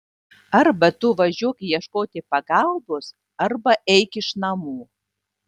arba tu važiuok ieškoti pagalbos arba eik iš namų